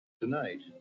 tonight